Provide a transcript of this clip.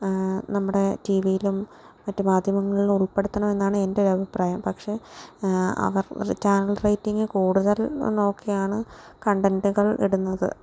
നമ്മുടെ ടി വിയിലും മറ്റു മാധ്യമങ്ങളിലും ഉൾപ്പെടുത്തണമെന്നാണ് എൻ്റെ ഒരു അഭിപ്രായം പക്ഷേ അവർ ചാനൽ റേറ്റിംഗ് കൂടുതൽ നോക്കിയാണ് കണ്ടൻറ്റുകൾ ഇടുന്നത്